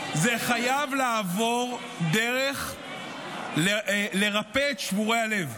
זה חייב לעבור דרך ריפוי שבורי הלב.